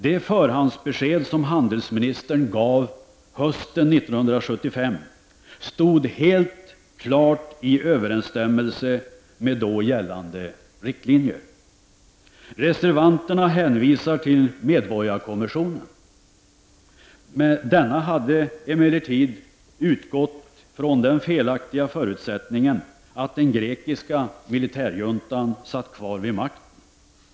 Det förhandsbesked som handelsministern gav hösten 1975 stod uppenbarligen helt i överensstämmelse med då gällande riktlinjer. Reservanterna hänvisar till medborgarkommissionen. Denna hade emellertid utgått från den felaktiga förutsättningen att den grekiska militärjuntan satt kvar vid makten.